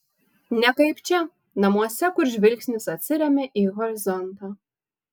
ne kaip čia namuose kur žvilgsnis atsiremia į horizontą